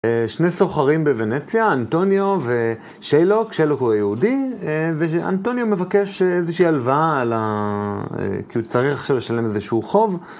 שני סוחרים בוונציה, אנטוניו ושיילוק, שיילוק הוא יהודי, ואנטוניו מבקש איזושהי הלוואה על ה... כי הוא צריך עכשיו לשלם איזשהו חוב.